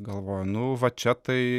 galvoju nu va čia tai